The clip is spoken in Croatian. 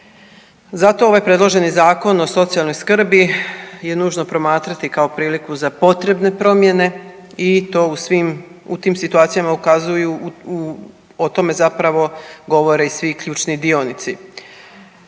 Zato ovaj predloženi Zakon o socijalnoj skrbi je nužno promatrati kao priliku za potrebne promjene i to u svim, u tim situacijama ukazuju o tome zapravo govore i svi ključni dionici.